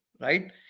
right